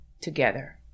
together